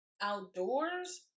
outdoors